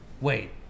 wait